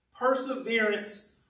perseverance